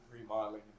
remodeling